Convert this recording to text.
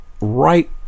right